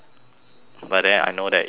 but then I know that if I quit